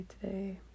today